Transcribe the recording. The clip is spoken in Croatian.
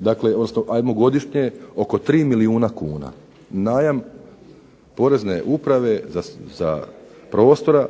obveznici, ajmo godišnje oko tri milijuna kuna. Najam POrezne uprave prostora